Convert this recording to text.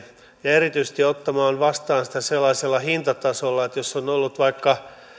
ja erityisesti ottamaan sitä vastaan sellaisella hintatasolla että jos on ollut vaikka kolmentuhannen